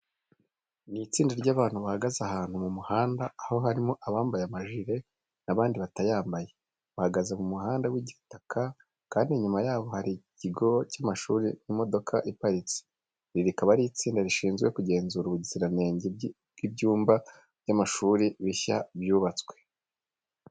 Ni itsinda ry'abantu bahagaze ahantu mu muhanda, aho harimo abambaye amajire n'abandi batayambaye. Bahagaze mu muhanda w'igitaka kandi inyuma yabo hari ikigo cy'amashuri n'imodoka ihaparitse. Iri rikaba ari itsinda rishinzwe kugenzura ubuziranenge by'ibyumba by'amashuri bishya byubatswe.